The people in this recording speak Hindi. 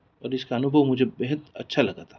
और इसका अनुभव मुझे बेहद अच्छा लगा था